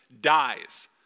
dies